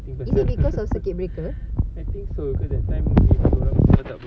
is it because of circuit breaker